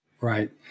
Right